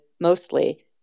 mostly